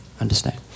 Understand